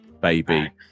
baby